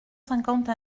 cinquante